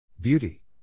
Beauty